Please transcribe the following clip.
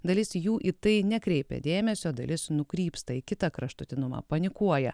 dalis jų į tai nekreipia dėmesio dalis nukrypsta į kitą kraštutinumą panikuoja